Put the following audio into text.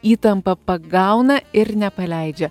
įtampa pagauna ir nepaleidžia